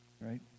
right